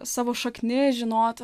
savo šaknis žinot